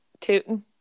tooting